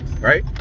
right